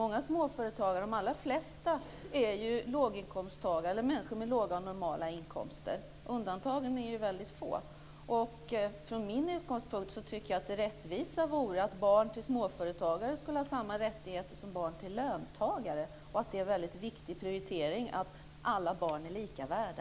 De allra flesta småföretagare är människor med låga eller normala inkomster. Undantagen är väldigt få. Från min utgångspunkt tycker jag att det vore rättvist om barn till småföretagare hade samma rättigheter som barn till löntagare. Det är en väldigt viktig prioritering. Alla barn är lika mycket värda.